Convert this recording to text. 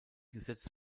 gesetz